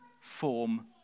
form